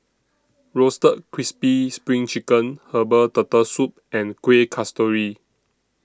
Roasted Crispy SPRING Chicken Herbal Turtle Soup and Kueh Kasturi